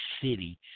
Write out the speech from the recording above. city